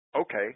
Okay